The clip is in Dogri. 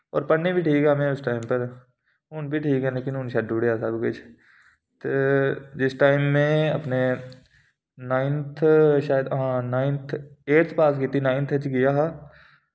और पढ़ने बी ठीक हा में उस टाइम पर हुन बी ठीक आं लेकिन हुन छड्डी ओड़ेआ सब किश ते जिस टाइम में अपने नाइन्थ शायद हां नाइन्थ एड़थ पास कीती नाइन्थ च गेआ हा